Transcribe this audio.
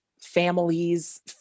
families